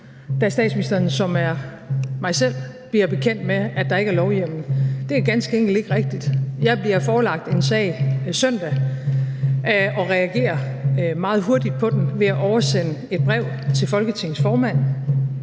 da statsministeren, som er mig selv, bliver bekendt med, at der ikke er lovhjemmel. Det er ganske enkelt ikke rigtigt. Jeg bliver forelagt en sag søndag og reagerer meget hurtigt på den ved at oversende et brev til Folketingets formand,